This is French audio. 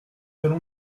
salon